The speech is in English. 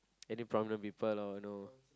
any problem with the people or you know